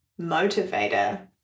motivator